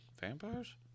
vampires